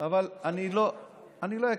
אבל אני לא אקריא.